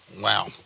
Wow